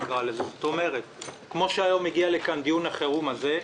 כלומר כפי שהיום הגיע לכאן דיון החירום הזה,